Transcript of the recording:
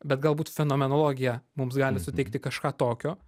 bet galbūt fenomenologija mums gali suteikti kažką tokio